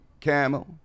camel